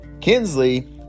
Kinsley